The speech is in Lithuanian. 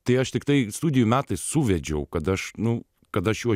tai aš tiktai studijų metais suvedžiau kad aš nu kad aš juos